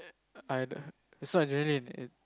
I the it's not adrenaline it